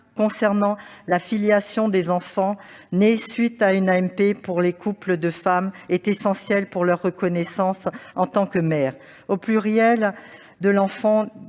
concernant la filiation des enfants nés à la suite d'une AMP pour les couples de femmes est essentiel pour leur reconnaissance en tant que mères- au pluriel -dès la